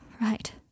Right